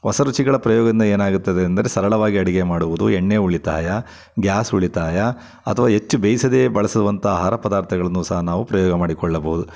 ಹೊಸ ರುಚಿಗಳ ಪ್ರಯೋಗದಿಂದ ಏನಾಗುತ್ತದೆ ಅಂದರೆ ಸರಳವಾಗಿ ಅಡಿಗೆ ಮಾಡುವುದು ಎಣ್ಣೆ ಉಳಿತಾಯ ಗ್ಯಾಸ್ ಉಳಿತಾಯ ಅಥ್ವಾ ಹೆಚ್ಚು ಬೇಯಿಸದೆ ಬಳಸುವಂಥ ಆಹಾರ ಪದಾರ್ಥಗಳನ್ನು ಸಹ ನಾವು ಪ್ರಯೋಗ ಮಾಡಿಕೊಳ್ಳಬಹುದು